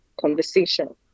conversation